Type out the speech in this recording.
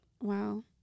Wow